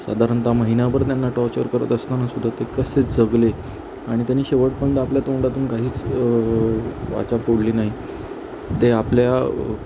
सधारणत महिनाभर त्यांना टॉर्चर करत असताना सुद्धा ते कसं जगले आणि त्यांनी शेवटपर्यंत आपल्या तोंडातून काहीच वाचा फोडली नाही ते आपल्या